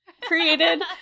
created